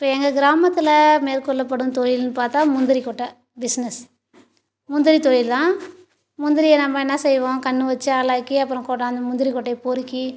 இப்போ எங்கள் கிராமத்தில் மேற்கொள்ளப்படும் தொழில்னு பார்த்தா முந்திரி கொட்டை பிஸ்னஸ் முந்திரி தொழில் தான் முந்திரியை நம்ப என்ன செய்வோம் கண்ணு வச்சு ஆளாக்கி அப்புறம் கொண்டாந்து முந்திரி கொட்டையை பொருக்கி